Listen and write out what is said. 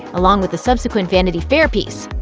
along with a subsequent vanity fair piece.